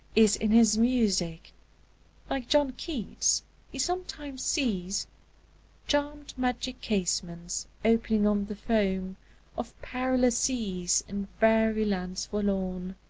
is in his music like john keats he sometimes sees charm'd magic casements, opening on the foam of perilous seas, in faery lands forlorn.